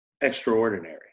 extraordinary